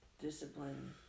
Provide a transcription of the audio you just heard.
discipline